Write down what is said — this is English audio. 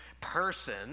person